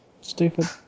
stupid